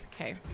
okay